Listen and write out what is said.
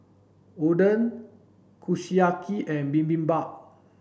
Oden Kushiyaki and Bibimbap